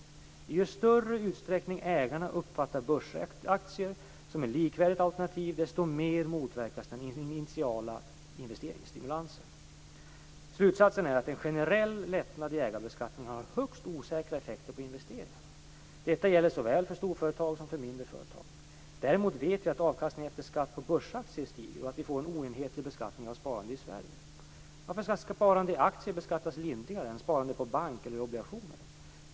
I ju större utsträckning ägarna uppfattar börsaktier som ett likvärdigt alternativ desto mer motverkas den initiala investeringsstimulansen. Slutsatsen är att en generell lättnad i ägarbeskattningen har högst osäkra effekter på investeringarna. Detta gäller såväl för storföretag som för mindre företag. Däremot vet vi att avkastningen efter skatt på börsaktier stiger och att vi får en oenhetlig beskattning av sparande i Sverige. Varför skall sparande i aktier beskattas lindrigare än sparande på bank eller i obligationer?